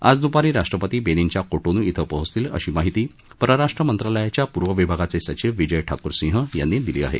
आज दुपारी राष्ट्रपती बेनीनच्या कोटोनू इथं पोहोचतील अशी माहिती परराष्ट्र मंत्रालयाच्या पूर्व विभागाचे सचिव विजय ठाकूर सिंह यांनी दिली आहे